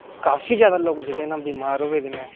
काफी ज्यादा लोक जेह्ड़े ना ओह् बमार होआ दे न